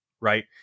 right